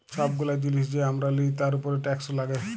ছব গুলা জিলিস যে আমরা লিই তার উপরে টেকস লাগ্যে